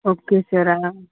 okay sir